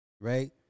right